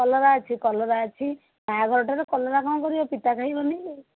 କଲରା ଅଛି କଲରା ଅଛି ବାହାଘରଟାରେ କଲରା କ'ଣ କରିବ ପିତା ଖାଇବ ନି କି